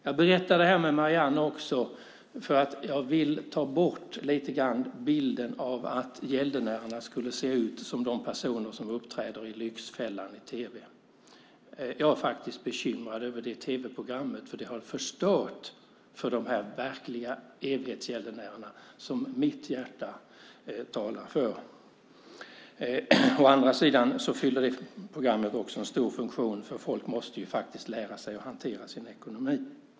Jag berättar det här om Marianne för att jag vill ta bort lite grann bilden av att gäldenärerna skulle vara som de personer som uppträder i Lyxfällan i tv. Jag är bekymrad över det tv-programmet, för det har förstört för de verkliga evighetsgäldenärerna, som mitt hjärta talar för. Å andra sidan fyller det programmet en stor funktion, för folk måste lära sig att hantera sin ekonomi.